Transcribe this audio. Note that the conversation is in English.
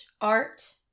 art